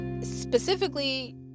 specifically